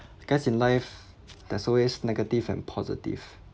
because in life there's always negative and positive